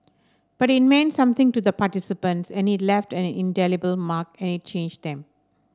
but it meant something to the participants and it left an indelible mark and it changed them